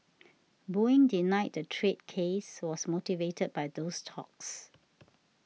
Boeing denied the trade case was motivated by those talks